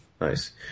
Nice